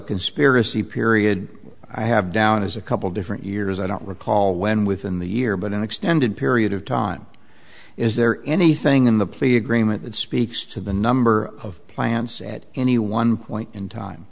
conspiracy period i have down as a couple different years i don't recall when within the year but an extended period of time is there anything in the plea agreement that speaks to the number of plants at any one point in time